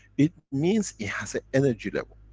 it means it has an energy level.